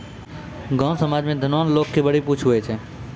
गाँव समाज मे धनवान लोग के बड़ी पुछ हुवै छै